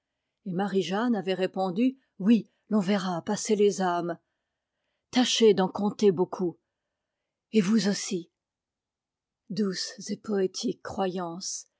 et marie-jeanne avait répondu oui l'on verra passer les âmes tâchez d'en compter beaucoup et vous aussi douces et poétiques croyances